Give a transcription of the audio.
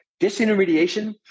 Disintermediation